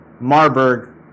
Marburg